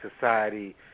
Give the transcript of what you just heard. society